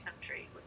Country